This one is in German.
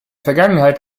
vergangenheit